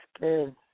good